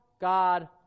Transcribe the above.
God